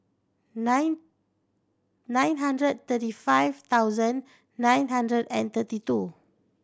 nine nine hundred thirty five thousand nine hundred and thirty two